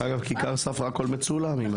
בכיכר ספרא הכל מצולם.